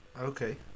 Okay